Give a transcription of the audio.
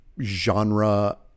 genre